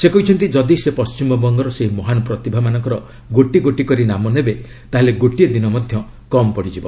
ସେ କହିଛନ୍ତି ଯଦି ସେ ପଶ୍ଚିମବଙ୍ଗର ସେହି ମହାନ୍ ପ୍ରତିଭାମାନଙ୍କର ଗୋଟି ଗୋଟି କରି ନାମ ନେବେ ତାହେଲେ ଗୋଟିଏ ଦିନ ମଧ୍ୟ କମ୍ ପଡ଼ିବ